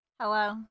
Hello